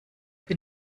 für